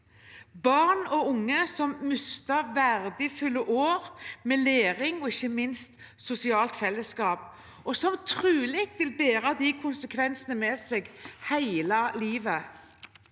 barn og unge som mistet verdifulle år med læring og ikke minst sosialt fellesskap, og som trolig vil bære de konsekvensene med seg hele livet.